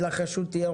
למעשה אין קשר